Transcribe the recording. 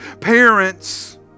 Parents